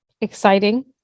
exciting